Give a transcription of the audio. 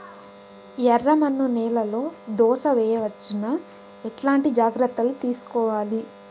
ఎర్రమన్ను నేలలో దోస వేయవచ్చునా? ఎట్లాంటి జాగ్రత్త లు తీసుకోవాలి?